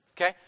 Okay